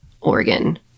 Oregon